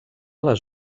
les